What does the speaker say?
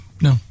No